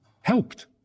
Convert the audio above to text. helped